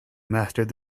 mastered